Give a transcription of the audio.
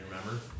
remember